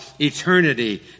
eternity